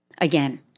again